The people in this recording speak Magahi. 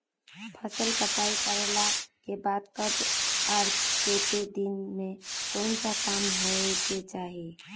फसल कटाई करला के बाद कब आर केते दिन में कोन सा काम होय के चाहिए?